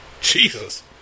Jesus